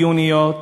הגיוניות.